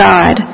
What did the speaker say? God